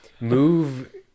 move